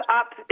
up